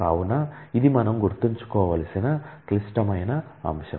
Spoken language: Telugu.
కావున ఇది మనము గుర్తుంచుకోవలసిన క్లిష్టమైన అంశం